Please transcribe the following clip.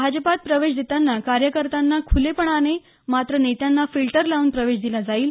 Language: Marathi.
भाजपात प्रवेश देतांना कार्यकर्त्यांना खुलेपणाने मात्र नेत्यांना फिल्टर लावून प्रवेश दिला जाईल